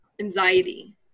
anxiety